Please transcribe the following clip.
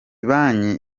banki